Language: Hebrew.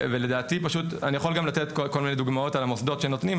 ואני יכול לתת כל מיני דוגמאות למוסדות שנותנים,